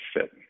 fit